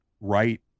right